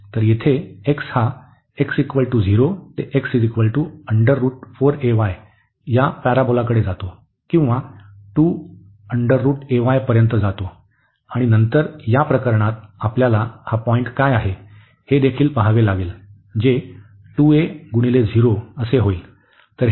तर येथे x हा x0 ते x या पॅराबोलाकडे जातो किंवा पर्यंत जातो आणि नंतर या प्रकरणात आपल्याला हा पॉईंट काय आहे हे देखील पहावे लागेल जे 2a गुणिले 0 असा येईल